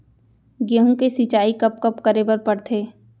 गेहूँ के सिंचाई कब कब करे बर पड़थे?